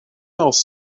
else